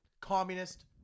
communist